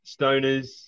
stoners